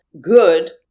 good